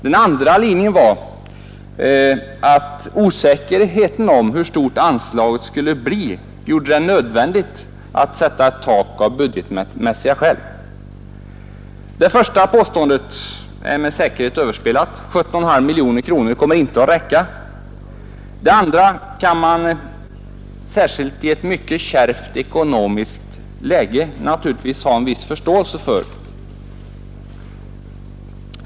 Den andra var att osäkerheten om hur stort anslaget skulle bli gjorde det nödvändigt att sätta ett tak av budgetmässiga skäl. Det första påståendet är med säkerhet överspelat — 17,5 miljoner kronor kommer inte att räcka. Det andra kan man, särskilt i det mycket kärva ekonomiska läge som vi nu har, naturligtvis ha en viss förståelse för.